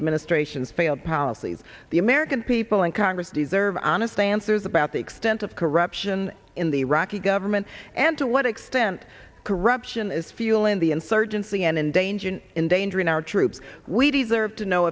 administration's failed policies the american people and congress deserve honest answers about the extent of corruption in the iraqi government and to what extent corruption is fueling the insurgency and in danger in danger in our troops we deserve to know